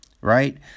right